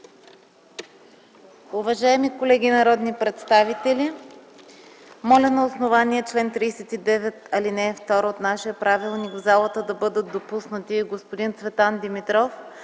Уважаеми колеги народни представители, моля на основание чл. 39, ал. 2 от нашия правилник в залата да бъдат допуснати господин Цветан Димитров